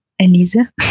Elisa